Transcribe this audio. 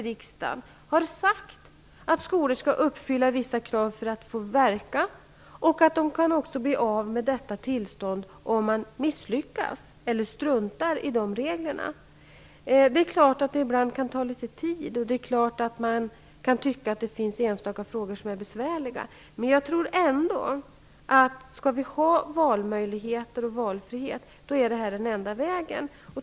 Riksdagen har ju sagt att skolor skall uppfylla vissa krav för att få verka och att de kan bli av med tillstånd om de misslyckas eller struntar i reglerna. Det är klart att det ibland kan ta litet tid och att enstaka frågor är besvärliga, men jag tror att det här är den enda vägen om det skall finnas valmöjligheter och valfrihet.